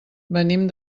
venim